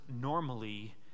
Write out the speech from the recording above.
normally